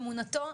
אמונתו,